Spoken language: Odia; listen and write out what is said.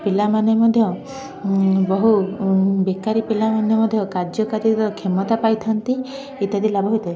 ପିଲାମାନେ ମଧ୍ୟ ବହୁ ବେକାରି ପିଲାମାନେ ମଧ୍ୟ କାର୍ଯ୍ୟକାରୀର କ୍ଷମତା ପାଇଥାନ୍ତି ଇତ୍ୟାଦି ଲାଭ ହୋଇଥାଏ